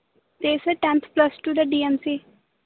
ਅਤੇ sir tenth plus two ਦਾ D M ਸੀ